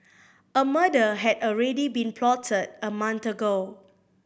a murder had already been plotted a month ago